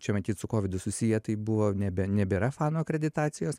čia matyt su kovidu susiję tai buvo nebe nebėra fanų akreditacijos